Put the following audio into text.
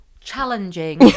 challenging